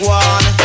one